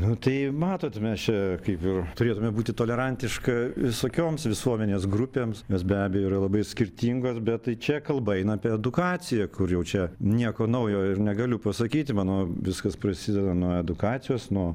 nu tai matot mes čia kaip ir turėtume būti tolerantiška visokioms visuomenės grupėms jos be abejo yra labai skirtingos bet tai čia kalba eina apie edukaciją kur jau čia nieko naujo ir negaliu pasakyti manau viskas prasideda nuo edukacijos nuo